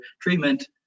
Treatment